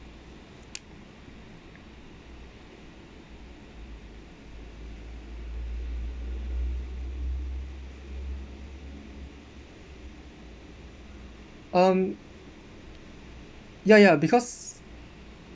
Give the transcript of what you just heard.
um ya ya because